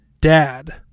dad